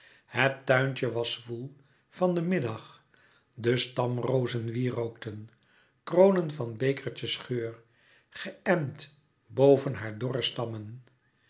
het tuintje was zwoel van den middag de stamrozen wierookten kronen van bekertjes geur geënt boven hare dorre stammen